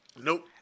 Nope